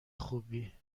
خوبی